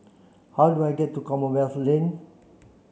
how do I get to Commonwealth Lane